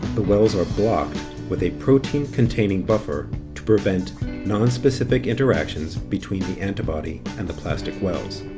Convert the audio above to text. the wells are blocked with a protein containing buffer to prevent nonspecific interactions between the antibody and the plastic wells.